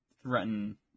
Threaten